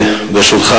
ברשותך,